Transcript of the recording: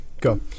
go